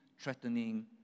threatening